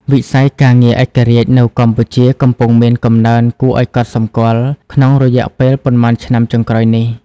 វិស័យការងារឯករាជ្យនៅកម្ពុជាកំពុងមានកំណើនគួរឱ្យកត់សម្គាល់ក្នុងរយៈពេលប៉ុន្មានឆ្នាំចុងក្រោយនេះ។